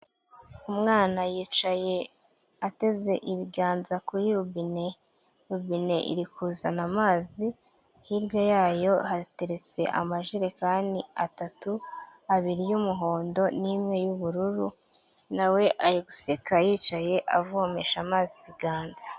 Umwana yicaye ateze ibiganza kuri robine, robine iri kuzana amazi, hirya yayo hateretse amajerekani atatu, abiri y'umuhondo n'imwe y'ubururu, nawe ari guseka yicaye avomesha amazi ibiganza